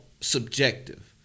subjective